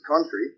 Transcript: country